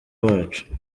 wacu